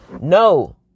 no